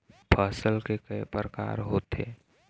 फसल के कय प्रकार होथे?